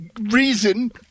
reason